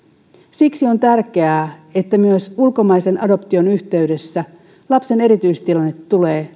siksi on tärkeää että myös ulkomaisen adoption yhteydessä lapsen erityistilanne tulee